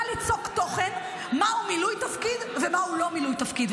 ליצוק תוכן במהו מילוי תפקיד ומהו לא מילוי תפקיד.